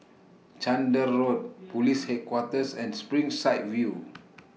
Chander Road Police Headquarters and Springside View